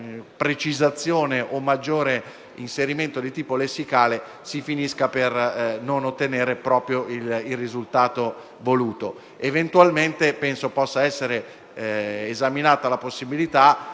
precisazione o maggiore inserimento di tipo lessicale, si finisca per non ottenere proprio il risultato voluto. Eventualmente penso possa essere esaminata la possibilità